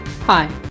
Hi